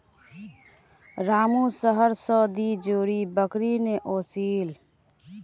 रामू शहर स दी जोड़ी बकरी ने ओसील